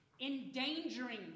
endangering